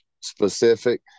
specific